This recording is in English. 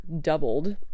doubled